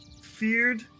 feared